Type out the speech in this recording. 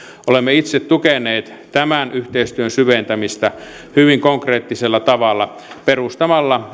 olemme itse tukeneet tämän yhteistyön syventämistä hyvin konkreettisella tavalla perustamalla